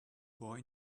boy